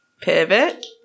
Pivot